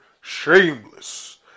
shameless